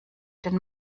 den